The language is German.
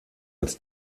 als